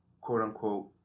quote-unquote